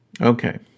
Okay